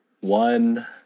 one